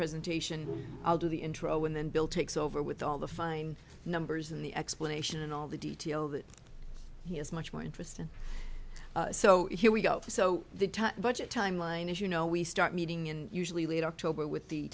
presentation i'll do the intro and then bill takes over with all the fine numbers in the explanation and all the detail that he has much more interest in so here we go so the time budget time line is you know we start meeting in usually late october with the